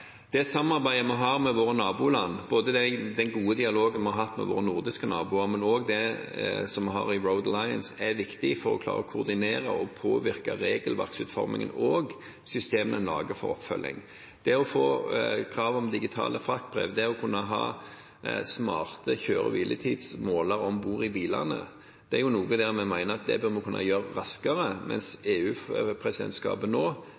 Det samarbeidet vi har med våre naboland, både den gode dialogen som vi har hatt med våre nordiske naboer, og det som vi har i Road Alliance, er viktig for å klare å koordinere og påvirke regelverksutformingen og systemene en lager for oppfølging. Det å få krav om digitale fraktbrev og det å kunne ha smarte kjøre- og hviletidsmålere om bord i bilene er noe av det vi mener vi må kunne gjøre raskere, mens EUs presidentskap nå